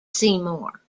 seymour